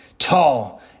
Tall